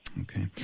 Okay